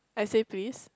I say please